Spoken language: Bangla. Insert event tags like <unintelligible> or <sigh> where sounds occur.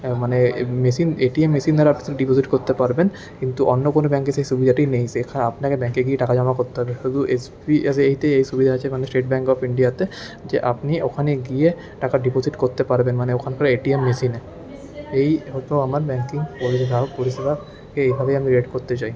মানে machine A T M machine দ্বারা ডিপোজিট করতে পারবেন কিন্তু অন্য কোনো ব্যাঙ্কে সেই সুবিধাটি নেই <unintelligible> আপনাকে ব্যাঙ্কে গিয়ে টাকা জমা করতে হবে শুধু এস বি আইতে এই সুবিধা আছে মানে স্টেট ব্যাঙ্ক অফ ইন্ডিয়াতে যে আপনি ওখানে গিয়ে টাকা ডিপোজিট করতে পারবেন মানে ওখানকার এ টি এম মেশিনে এই হলো আমার ব্যাঙ্কিং গ্রাহক পরিষেবা এইভাবেই আমি রেট করতে চাই